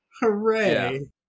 hooray